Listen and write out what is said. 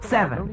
Seven